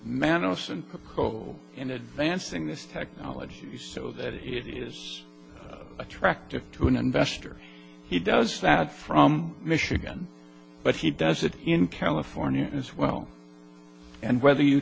mandelson call in advancing this technology so that he is attractive to an investor he does that from michigan but he does it in california as well and whether you